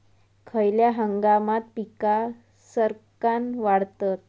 खयल्या हंगामात पीका सरक्कान वाढतत?